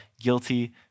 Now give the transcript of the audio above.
guilty